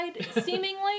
seemingly